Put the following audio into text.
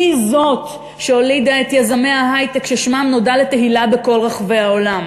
היא זאת שהולידה את יזמי ההיי-טק ששמם נודע לתהילה בכל רחבי העולם,